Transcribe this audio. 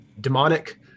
demonic